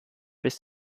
bis